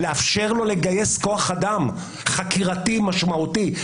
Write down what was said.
לאפשר לו לגייס כוח אדם חקירתי משמעותי,